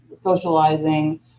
socializing